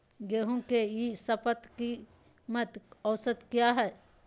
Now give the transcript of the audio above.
गेंहू के ई शपथ कीमत औसत क्या है?